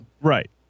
Right